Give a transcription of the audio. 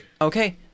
Okay